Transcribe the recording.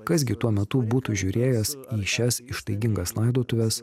kas gi tuo metu būtų žiūrėjęs į šias ištaigingas laidotuves